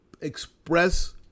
express